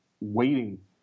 waiting